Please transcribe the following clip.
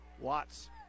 Watts